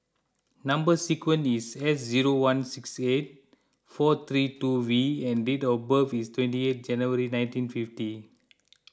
Number Sequence is S zero one six eight four three two V and date of birth is twenty eighth January nineteen fifty